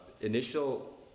initial